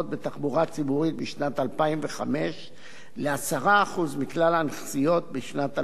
בשנת 2005 ל-10% מכלל הנסיעות בשנת 2011,